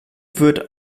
wird